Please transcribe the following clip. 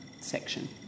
section